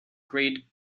great